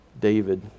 David